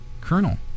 kernel